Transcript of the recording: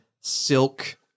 silk